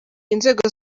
inzego